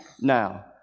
now